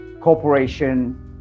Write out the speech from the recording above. corporation